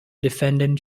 defendant